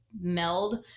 meld